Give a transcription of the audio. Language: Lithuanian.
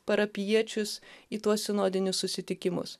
parapijiečius į tuos sinodinius susitikimus